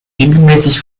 regelmäßig